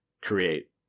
create